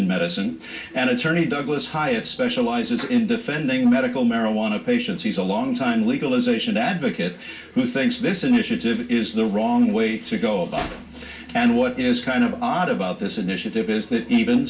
for medicine an attorney douglas hiatt specializes in defending medical marijuana patients he's a long time legalization advocate who thinks this initiative is the wrong way to go about it and what is kind of odd about this